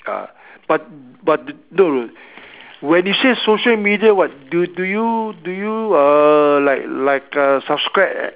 ah but but when you say social media what do do you do you uh like like uh subscribe